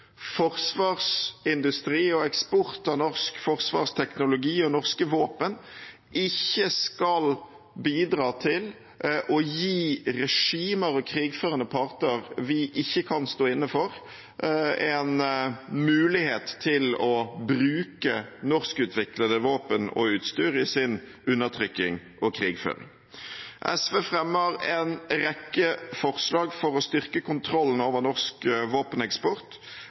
forsvarsteknologi og norske våpen ikke skal bidra til å gi regimer og krigførende parter vi ikke kan stå inne for, en mulighet til å bruke norskutviklede våpen og utstyr i sin undertrykking og krigføring. SV fremmer en rekke forslag for å styrke kontrollen av vår norske våpeneksport,